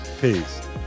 Peace